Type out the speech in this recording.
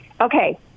Okay